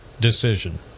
decision